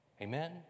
Amen